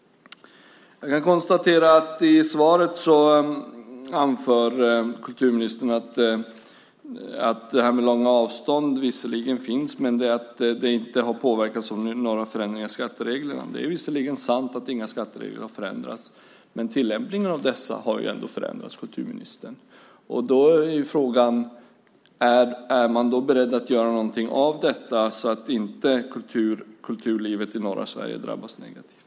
Jag kan konstatera att kulturministern i svaret anför att det här med långa avstånd visserligen finns men att det inte har påverkats av några förändringar i skattereglerna. Det är visserligen sant att inga skatteregler har förändrats, men tillämpningen av dessa har förändrats, kulturministern. Och då är frågan: Är man beredd att göra någonting åt detta, så att inte kulturlivet i norra Sverige drabbas negativt?